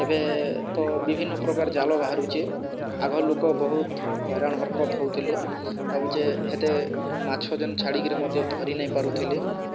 ଏବେ ତ ବିଭିନ୍ନ ପ୍ରକାର ଜାଲ ବାହାରୁଛେ ଆଗର୍ ଲୋକ ବହୁତ ହଇରାଣ ହରକତ ହଉଥିଲେ ତା ପଛେ ହେତେ ମାଛ ଯେନ୍ ଛାଡ଼ିକିରି ମଧ୍ୟ ଧରି ନାଇଁ ପାରୁଥିଲେ